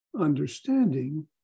understanding